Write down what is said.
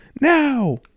Now